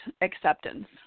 acceptance